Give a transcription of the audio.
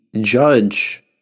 judge